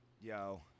yo